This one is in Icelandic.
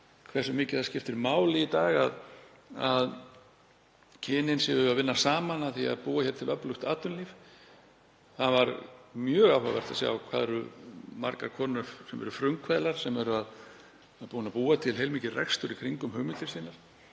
hversu mikið það skiptir máli í dag að kynin séu að vinna saman að því að búa hér til öflugt atvinnulíf. Það var mjög áhugavert að sjá hve margar konur eru frumkvöðlar og þær hafa búið til heilmikinn rekstur í kringum hugmyndir sínar.